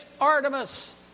Artemis